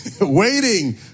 waiting